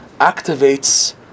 activates